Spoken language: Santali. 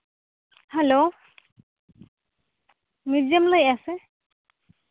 ᱦᱮᱞᱳ ᱢᱤᱨᱡᱟᱢ ᱞᱟᱹᱭᱮᱜᱼᱟ ᱥᱮ